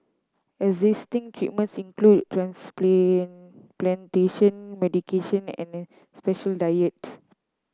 existing treatments include medication and special diets